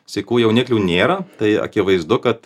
sykų jauniklių nėra tai akivaizdu kad